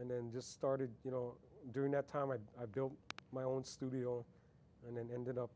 and then just started you know during that time i built my own studio and ended up